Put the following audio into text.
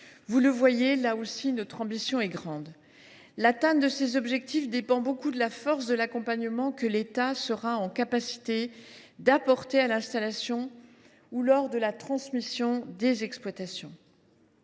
dans ce domaine également, notre ambition est grande. L’atteinte de ces objectifs dépend beaucoup de la force de l’accompagnement que l’État sera en mesure d’apporter lors de l’installation ou lors de la transmission des exploitations.